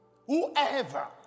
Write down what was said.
whoever